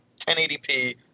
1080p